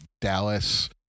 Dallas